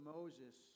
Moses